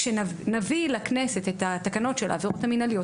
הנושא הזה ייבחן כשנביא לכנסת את התקנות של העבירות המינהליות,